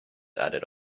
added